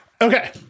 Okay